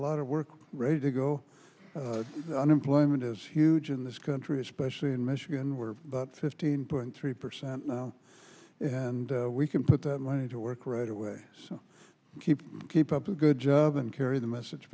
lot of work ready to go and employment is huge in this country especially in michigan where about fifteen point three percent now and we can put that money to work right away keep keep up the good job and carry the message